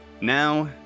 Now